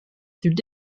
through